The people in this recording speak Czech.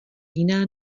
jiná